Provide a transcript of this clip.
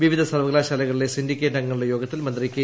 വിവിധ സർവ്വകലാശാലകളിലെ സിൻഡിക്കേറ്റ് അംഗങ്ങളുടെ യോഗത്തിൽ മന്ത്രി കെ